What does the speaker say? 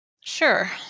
Sure